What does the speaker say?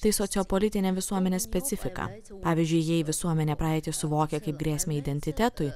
tai sociali politinė visuomenės specifika pavyzdžiui jei visuomenė praeitį suvokia kaip grėsmę identitetui